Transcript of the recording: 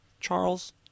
Charles